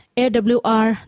awr